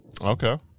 Okay